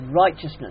righteousness